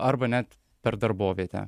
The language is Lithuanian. arba net per darbovietę